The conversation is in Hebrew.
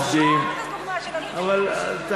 לעובדים, שוב הדוגמה של המחשוב, דוגמה כל כך טובה.